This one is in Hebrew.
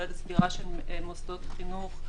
כולל סגירה של מוסדות חינוך,